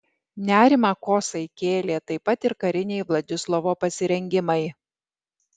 nerimą kosai kėlė taip pat ir kariniai vladislovo pasirengimai